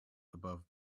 above